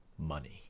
money